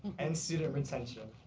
and student retention.